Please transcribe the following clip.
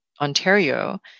Ontario